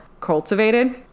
cultivated